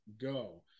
go